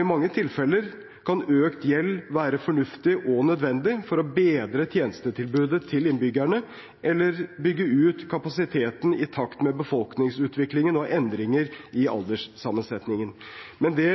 I mange tilfeller kan økt gjeld være fornuftig og nødvendig for å bedre tjenestetilbudet til innbyggerne eller bygge ut kapasiteten i takt med befolkningsutviklingen og endringen i alderssammensetningen. Men det